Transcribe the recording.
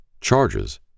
Charges